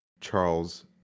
Charles